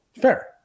Fair